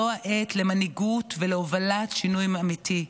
זו העת למנהיגות ולהובלת שינוי אמיתי.